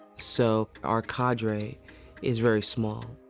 so our cadre is very small.